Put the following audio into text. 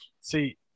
See